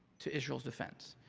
to israel's defense.